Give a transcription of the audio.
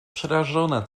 przerażona